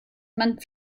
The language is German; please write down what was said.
man